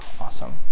Awesome